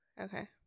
Okay